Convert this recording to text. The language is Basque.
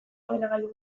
ordenagailu